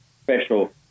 special